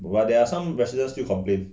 but there are some residents still complain